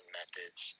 methods